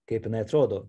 kaip jinai atrodo